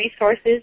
resources